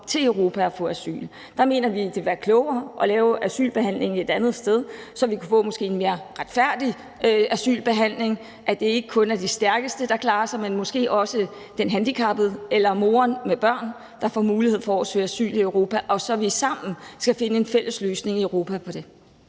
til Europa og få asyl. Der mener vi, at det ville være klogere at lave asylbehandlingen et andet sted, så vi måske kunne få en mere retfærdig asylbehandling, altså at det ikke kun er de stærkeste, der klarer sig, men måske også den handicappede eller moren med børn, der får mulighed for at søge asyl i Europa, og at vi sammen finder en fælles løsning i Europa på det.